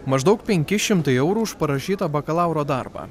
maždaug penki šimtai eurų už parašytą bakalauro darbą